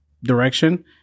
Direction